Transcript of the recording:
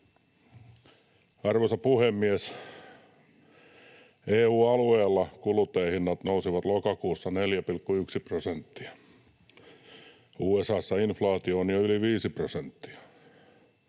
Arvoisa puhemies! EU-alueella kuluttajahinnat nousivat lokakuussa 4,1 prosenttia. USA:ssa inflaatio on jo yli 5 prosenttia.